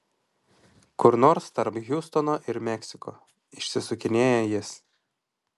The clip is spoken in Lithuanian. kur nors tarp hjustono ir meksiko išsisukinėja jis